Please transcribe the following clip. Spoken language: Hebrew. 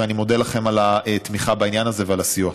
ואני מודה לכם על התמיכה בעניין הזה ועל הסיוע.